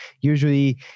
usually